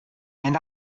and